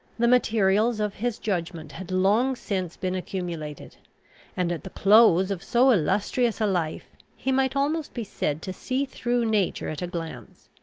the materials of his judgment had long since been accumulated and, at the close of so illustrious a life, he might almost be said to see through nature at a glance.